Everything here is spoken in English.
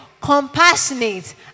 compassionate